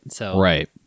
Right